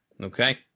Okay